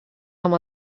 amb